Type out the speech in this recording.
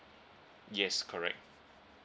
yes correct